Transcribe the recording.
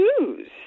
news